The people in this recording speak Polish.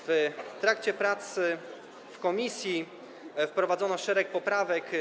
W trakcie prac w komisji wprowadzono szereg poprawek.